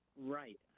Right